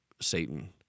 Satan